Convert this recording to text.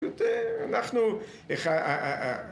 אנחנו, איך ה..